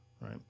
Right